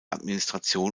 administration